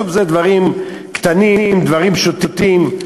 טוב, זה דברים קטנים, דברים פשוטים,